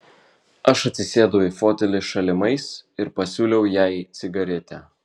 aš atsisėdau į fotelį šalimais ir pasiūliau jai cigaretę